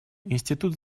институт